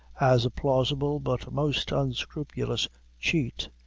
as a plausible but most unscrupulous cheat,